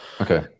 Okay